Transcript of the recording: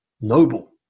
noble